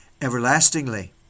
everlastingly